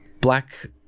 black